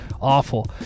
awful